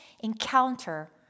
encounter